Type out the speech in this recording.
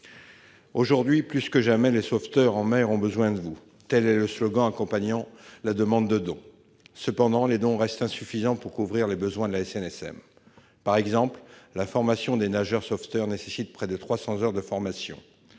Aujourd'hui plus que jamais, les sauveteurs en mer ont besoin de vous »: tel est le slogan accompagnant la demande de dons. Cependant, les dons restent insuffisants pour couvrir les besoins de la SNSM. Par exemple, tout nageur sauveteur suit une formation